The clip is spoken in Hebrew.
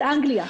אנגליה.